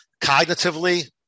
cognitively